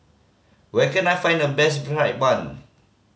where can I find the best fried bun